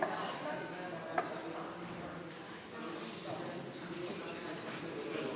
הכנסת לפיד ביקש למסור